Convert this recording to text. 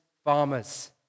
farmers